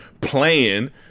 playing